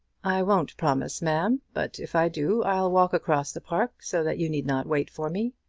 i won't promise, ma'am but if i do, i'll walk across the park so that you need not wait for me.